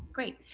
great.